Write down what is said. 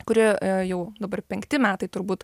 kuri jau dabar penkti metai turbūt